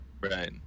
Right